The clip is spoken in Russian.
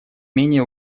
менее